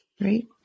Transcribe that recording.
Right